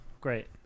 Great